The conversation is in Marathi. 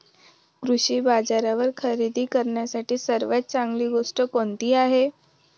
कृषी बाजारावर खरेदी करण्यासाठी सर्वात चांगली गोष्ट कोणती आहे?